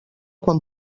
quan